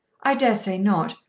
i dare say not.